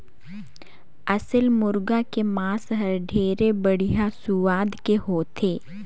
असेल मुरगा के मांस हर ढेरे बड़िहा सुवाद के होथे